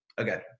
Okay